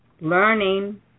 learning